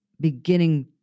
beginning